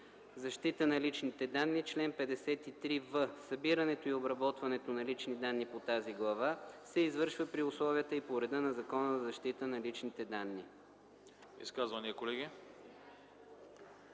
Защита на личните данни Чл. 53в. Събирането и обработването на лични данни по тази глава се извършва при условията и по реда на Закона за защита на личните данни.”